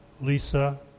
Lisa